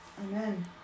Amen